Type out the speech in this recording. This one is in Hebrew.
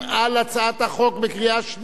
כולל לוח התיקונים.